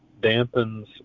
dampens